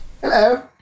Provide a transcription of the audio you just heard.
Hello